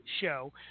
show